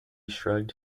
shrugged